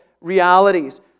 realities